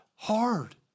Hard